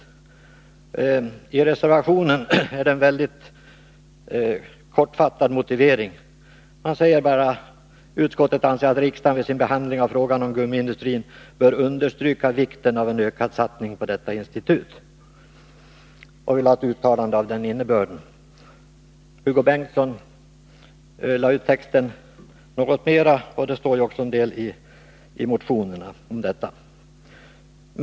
Motiveringen i reservationen är mycket kortfattad. Man säger bara: ”Utskottet anser att riksdagen vid sin behandling av frågan om gummiindustrin bör understryka vikten av en ökad satsning på detta institut.” Hugo Bengtsson lade ut texten något mera, och det står också en del i motionerna om detta.